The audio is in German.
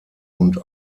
und